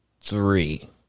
three